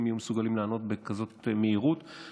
יהיו מסוגלים לענות במהירות כזאת.